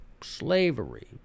slavery